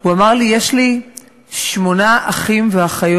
והוא אמר לי: יש לי שמונה אחים ואחיות,